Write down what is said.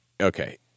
okay